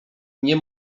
nie